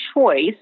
choice